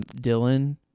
Dylan